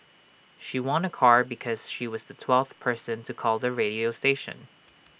she won A car because she was the twelfth person to call the radio station